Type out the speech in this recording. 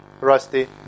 rusty